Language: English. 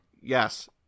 Yes